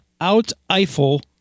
out-Eiffel